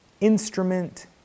instrument